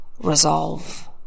resolve